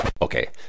Okay